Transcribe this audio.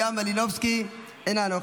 גבי אשכנזי, למשל.